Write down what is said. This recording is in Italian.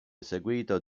eseguito